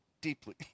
deeply